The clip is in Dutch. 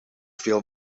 veel